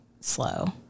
slow